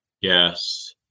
Yes